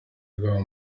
rwabo